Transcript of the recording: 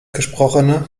gesprochene